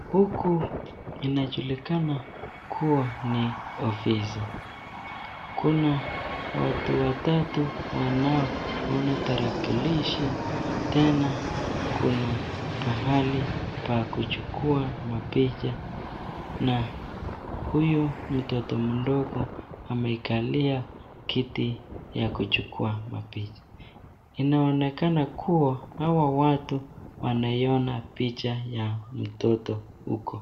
Huku inajulikana kuwa ni ofisi. Kuna watu watatu wanaoona tarakilishi. Tena, kuna pahali pa kuchukua mapicha na huyo mtoto mdogo amekalia kiti ya kuchukua mapicha. Inaonekana kuwa hawa watu wanaiona picha ya mtoto huko.